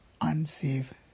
unsafe